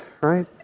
right